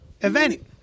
event